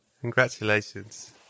Congratulations